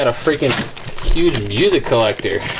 ah freaking huge music collector